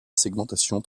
segmentation